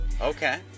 Okay